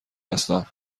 هستم